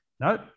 No